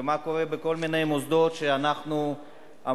ומה קורה בכל מיני מוסדות שאנחנו אמונים,